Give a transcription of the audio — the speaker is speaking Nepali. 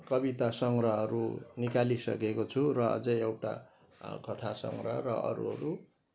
कविता सङ्ग्रहहरू निकालिसकेको छु र अझै एउटा कथा सङ्ग्रह र अरू अरू